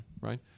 right